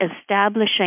establishing